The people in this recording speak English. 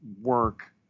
work